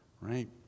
Right